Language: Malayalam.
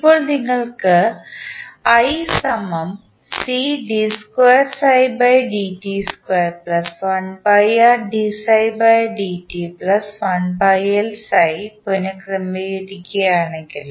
ഇപ്പോൾ നിങ്ങൾ പുനക്രമീകരിക്കുകയാണെങ്കിൽ